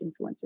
influencers